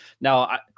Now